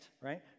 right